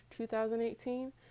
2018